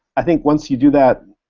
i think once you do that,